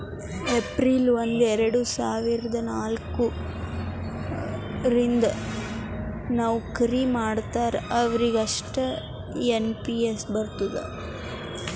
April ಒಂದು ಎರಡ ಸಾವಿರದ ನಾಲ್ಕ ರಿಂದ್ ನವ್ಕರಿ ಮಾಡ್ತಾರ ಅವ್ರಿಗ್ ಅಷ್ಟೇ ಎನ್ ಪಿ ಎಸ್ ಬರ್ತುದ್